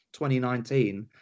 2019